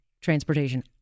transportation